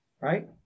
right